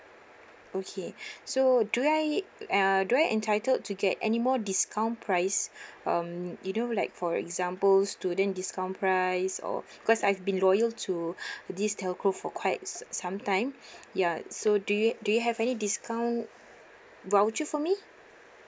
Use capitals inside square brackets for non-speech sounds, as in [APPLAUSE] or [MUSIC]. okay [BREATH] so do I err do I entitled to get any more discount price [BREATH] um you know like for example student discount price or because I've been loyal to [BREATH] this telco for quite s~ some time [BREATH] ya so do you do you have any discount voucher for me